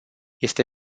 este